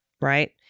Right